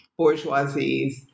bourgeoisies